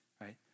right